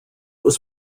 was